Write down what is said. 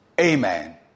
Amen